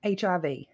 HIV